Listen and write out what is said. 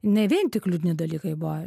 ne vien tik liūdni dalykai buvo